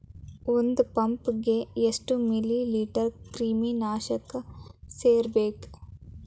ಒಂದ್ ಪಂಪ್ ಗೆ ಎಷ್ಟ್ ಮಿಲಿ ಲೇಟರ್ ಕ್ರಿಮಿ ನಾಶಕ ಸೇರಸ್ಬೇಕ್?